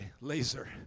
laser